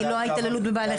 לא ההתעללות בבעלי חיים.